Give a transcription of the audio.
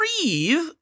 breathe